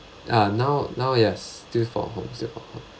ah now now yes still from home still from home